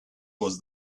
was